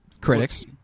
critics